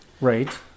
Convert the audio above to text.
Right